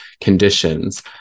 conditions